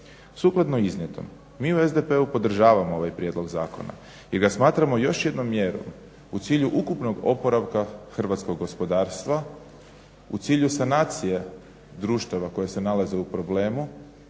Sukladno iznijetom mi u SDP-u podržavamo ovaj prijedlog zakona jer ga smatramo još jednom mjerom u cilju ukupnog oporavka hrvatskog gospodarstva, u cilju sanacija društava koja se nalaze u problemu.